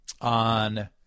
on